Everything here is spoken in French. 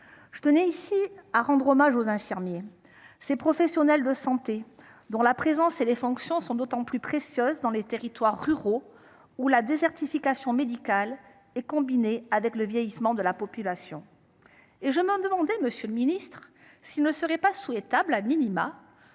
Je tenais ici à rendre hommage aux infirmiers, ces professionnels de santé dont la présence et les fonctions sont très précieuses dans les territoires ruraux, où la désertification médicale se combine avec le vieillissement de la population. Et je me demandais, monsieur le ministre, s’il ne serait pas souhaitable,, de